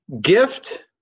Gift